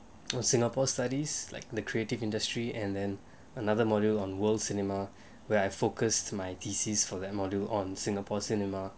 from singapore studies like the creative industry and then another module on world cinema where I focused my thesis for that module on singapore cinema